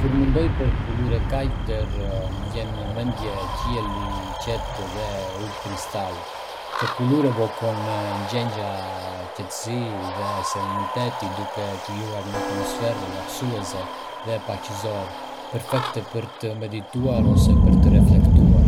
Kur mendoj për kulur e kaltër, më vjen në mendje qielli i qetë dhe uji kristal. Kjo kulur evokon ndjenja qetësie dhe sereniteti, duke krijuar një atmosferë relaksuese dhe paqësore, perfekte për të medituar ose për të reflektuar.